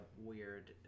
weird